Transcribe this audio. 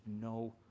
no